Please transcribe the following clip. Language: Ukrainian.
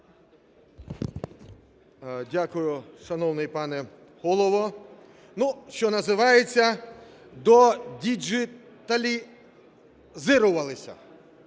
Дякую, шановний пане Голово. Ну, що називається, додіджиталізирувалися!